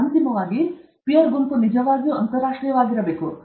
ನಂತರ ಅಂತಿಮವಾಗಿ ಪೀರ್ ಗುಂಪು ನಿಜವಾಗಿಯೂ ಅಂತರರಾಷ್ಟ್ರೀಯವಾಗಿರಬೇಕು